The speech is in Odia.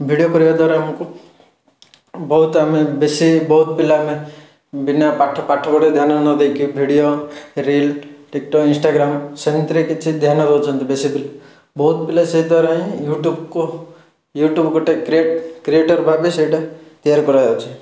ଭିଡ଼ିଓ କରିବାଦ୍ୱାରା ଆମକୁ ବହୁତ ଆମେ ବେଶୀ ବହୁତ ପିଲାମାନେ ଉଁ ବିନା ପାଠ ପାଠ ପଢ଼ିବାରେ ଧ୍ୟାନ ନଦେଇକି ଭିଡ଼ିଓ ରିଲ୍ ଟିକ୍ଟକ୍ ଇନଷ୍ଟଗ୍ରାମ୍ ସେମିତିରେ କିଛି ଧ୍ୟାନ ଦେଉଛନ୍ତି ବେଶୀ ପିଲା ବହୁତ ପିଲା ସେ ଦ୍ୱାରା ହିଁ ୟୁଟ୍ୟୁବ୍କୁ ୟୁଟ୍ୟୁବ୍ ଗୋଟେ କ୍ରିଏଟର୍ ଭାବେ ସେଇଟା ତିଆରି କରାଯାଉଛି